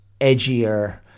edgier